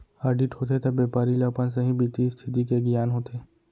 audit होथे त बेपारी ल अपन सहीं बित्तीय इस्थिति के गियान होथे